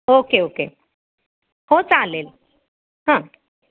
okay okay हो चालेल हां